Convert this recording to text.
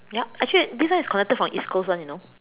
ya actually this one is connected from east coast [one] you know